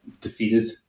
defeated